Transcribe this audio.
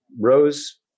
rose